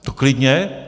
To klidně.